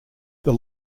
the